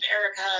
Erica